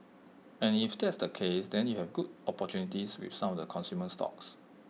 and if that's the case then you have good opportunities with some of the consumer stocks